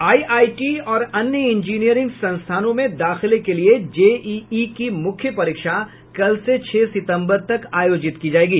IIT और अन्य engineering संस्थानों में दाखिले के लिये जेईई की मुख्य परीक्षा कल से छह सितम्बर तक आयोजित की जायेगी